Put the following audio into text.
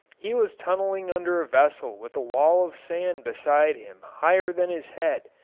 he was tunneling under a vessel with a wall of sand beside him higher than his head,